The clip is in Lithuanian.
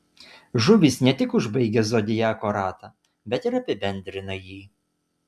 žuvys ne tik užbaigia zodiako ratą bet ir apibendrina jį